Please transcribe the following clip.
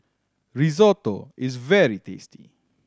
risotto is very tasty